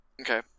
Okay